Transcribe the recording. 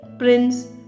prince